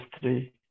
three